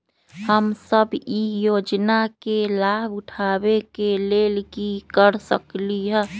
हम सब ई योजना के लाभ उठावे के लेल की कर सकलि ह?